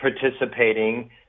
participating